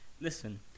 Listen